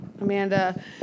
Amanda